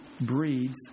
breeds